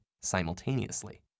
simultaneously